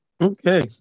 Okay